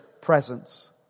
presence